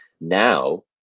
Now